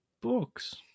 books